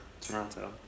Toronto